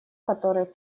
который